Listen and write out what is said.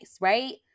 right